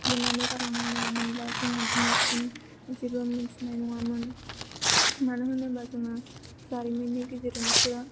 लिरनानै गालांनाय नङामोनब्ला जोङो दिनैसिम जेबो मिथिनाय नङामोन मानो होनोबा जोङो जारिमिननि गेजेरजोंसो